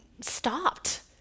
stopped